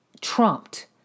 trumped